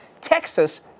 Texas